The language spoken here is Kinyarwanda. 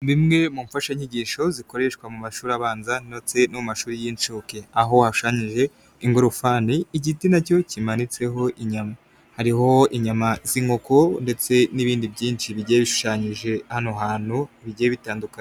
Zimwe mu mfashanyigisho zikoreshwa mu mashuri abanza ndetse no mu mashuri y'incuke. Aho washushanyije ingorofani, igiti nacyo kimanitseho inyama, hariho inyama zinkoko ndetse n'ibindi byinshi bigiye bishushanyije hano hantu bigiye bitandukanye.